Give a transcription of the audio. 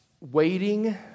Waiting